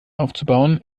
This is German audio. aufzubauen